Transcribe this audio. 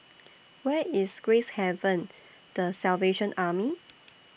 Where IS Gracehaven The Salvation Army